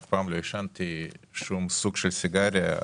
אף פעם לא עישנתי שום סוג של סיגריה.